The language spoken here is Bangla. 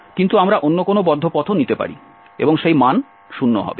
কিন্তু আমরা অন্য কোনও বদ্ধ পথও নিতে পারি এবং সেই মান শূন্য হবে